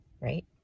Right